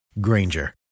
Granger